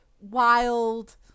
wild